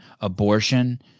abortion